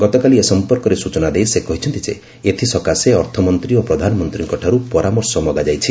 ଗତକାଲି ଏ ସମ୍ପର୍କରେ ସୂଚନା ଦେଇ ସେ କହିଛନ୍ତି ଯେ ଏଥିସକାଶେ ଅର୍ଥ ମନ୍ତ୍ରୀ ଓ ପ୍ରଧାନମନ୍ତ୍ରୀଙ୍କଠାରୁ ପରାମର୍ଶ ମଗାଯାଇଛି